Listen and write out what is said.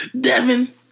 Devin